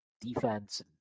defense